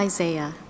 Isaiah